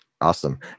awesome